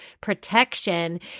protection